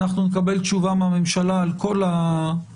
אנחנו נקבל תשובה מהממשלה על כל ההצעות